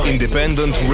Independent